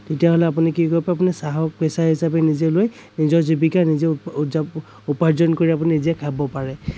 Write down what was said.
তেতিয়াহ'লে আপুনি কি কৰিব পাৰিব আপুনি চাহক পেচা হিচাপে নিজে লৈ নিজৰ জীৱিকা নিজে উদ উদযাপন উপাৰ্জন কৰি আপুনি নিজে খাব পাৰে